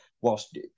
whilst